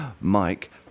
Mike